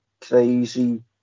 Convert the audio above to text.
crazy